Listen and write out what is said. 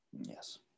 Yes